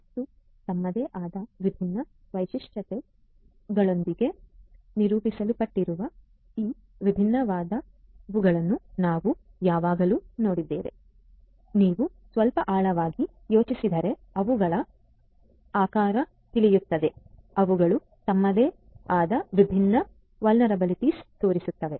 ಮತ್ತು ತಮ್ಮದೇ ಆದ ವಿಭಿನ್ನ ವೈಶಿಷ್ಟ್ಯಗಳೊಂದಿಗೆ ನಿರೂಪಿಸಲ್ಪಟ್ಟಿರುವ ಈ ವಿಭಿನ್ನವಾದವುಗಳನ್ನು ನಾವು ಯಾವಾಗಲೂ ನೋಡಿದ್ದೇವೆ ನೀವು ಸ್ವಲ್ಪ ಆಳವಾಗಿ ಯೋಚಿಸಿದರೆ ಅವುಗಳು ಆಕಾರ ತಿಳಿಯುತ್ತದೆ ಅವುಗಳು ತಮ್ಮದೇ ಆದ ವಿಭಿನ್ನ ವುಲ್ನೇರಬಿಲಿಟಿಸ್ ತೋರುತ್ತವೆ